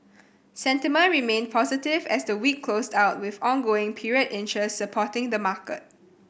sentiment remained positive as the week closed out with ongoing period interest supporting the market